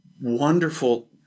wonderful